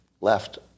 left